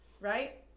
right